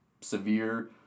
severe